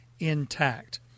Intact